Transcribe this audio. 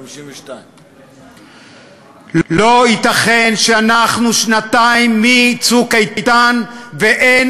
52. לא ייתכן שאנחנו שנתיים מ"צוק איתן" ואין